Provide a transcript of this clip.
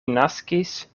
naskis